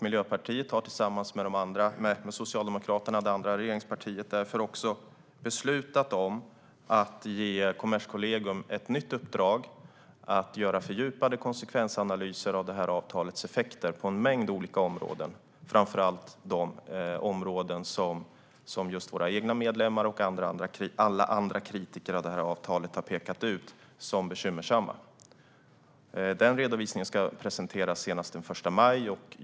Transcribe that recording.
Miljöpartiet har tillsammans med det andra regeringspartiet Socialdemokraterna därför beslutat att ge Kommerskollegium ett nytt uppdrag att göra fördjupade konsekvensanalyser av avtalets effekter på en mängd olika områden, framför allt de områden som våra egna medlemmar och alla andra kritiker av avtalet har pekat ut som bekymmersamma. Den redovisningen ska presenteras senast den 1 maj.